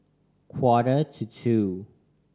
quarter to two